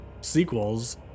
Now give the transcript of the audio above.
sequels